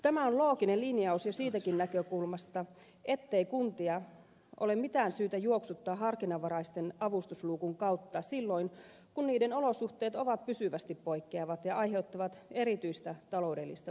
tämä on looginen linjaus jo siitäkin näkökulmasta ettei kuntia ole mitään syytä juoksuttaa harkinnanvaraisten avustusten luukun kautta silloin kun niiden olosuhteet ovat pysyvästi poikkeavat ja aiheuttavat erityistä taloudellista kuormitusta